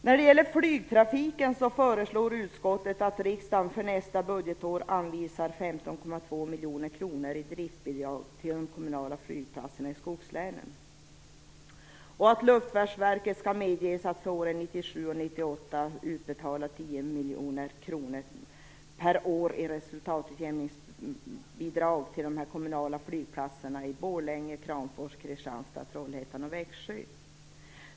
När det gäller flygtrafiken föreslår utskottet att riksdagen för nästa budgetår anvisar 15,2 miljoner kronor i driftbidrag till kommunala flygplatser i skogslänen och att Luftfartsverket skall medges att för åren 1997 och 1998 utbetala 10 miljoner kronor per år i resultatutjämningsbidrag till de kommunala flygplatserna i Borlänge, Kramfors, Kristianstad, Trollhättan och Växjö.